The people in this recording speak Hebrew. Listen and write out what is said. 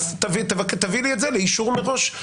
תביא לי את זה לאישור מראש.